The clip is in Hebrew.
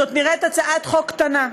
זאת נראית הצעת חוק קטנה,